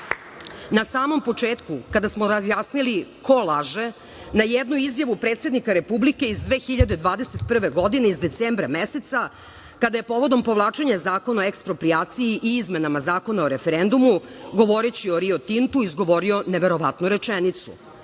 na samom početku, kada smo razjasnili ko laže, na jednu izjavu predsednika Republike iz 2021. godine, iz decembra meseca, kada je povodom povlačenja Zakona o eksproprijaciji i izmena Zakona o referendumu, govoreći o Rio Tintu izgovorio neverovatnu rečenicu: